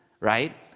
right